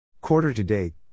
Quarter-to-date